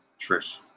Trish